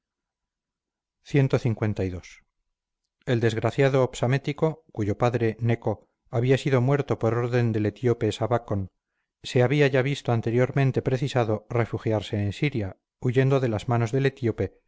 del egipto clii el desgraciado psamético cuyo padre neco había sido muerto por orden del etíope sabacon se había ya visto anteriormente precisado a refugiarse en siria huyendo de las manos del etíope